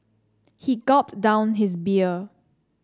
he gulped down his beer